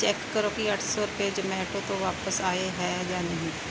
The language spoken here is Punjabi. ਚੈੱਕ ਕਰੋ ਕਿ ਅੱਠ ਸੌ ਰੁਪਏ ਜ਼ੋਮੈਟੋ ਤੋਂ ਵਾਪਸ ਆਏ ਹੈ ਜਾਂ ਨਹੀਂ